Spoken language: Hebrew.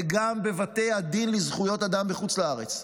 וגם בבתי הדין לזכויות אדם בחוץ לארץ.